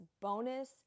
bonus